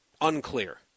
unclear